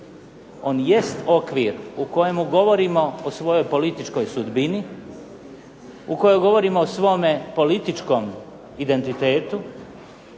On jest okvir u kojemu govorimo o svojoj političkoj sudbini, u kojoj govorimo o svome političkom identitetu.